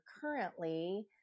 currently